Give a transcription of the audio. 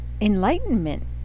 enlightenment